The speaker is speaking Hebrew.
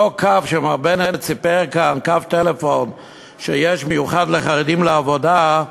אותו קו טלפון שמר בנט סיפר עליו כאן שהוא מיוחד לחרדים לעבודה,